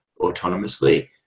autonomously